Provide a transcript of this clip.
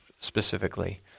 specifically